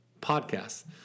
podcasts